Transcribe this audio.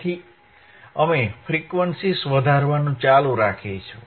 તેથી અમે ફ્રીક્વન્સીઝ વધારવાનું ચાલુ રાખીશું